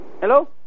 Hello